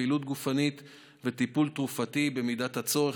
פעילות גופנית וטיפול תרופתי במידת הצורך,